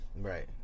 right